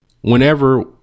whenever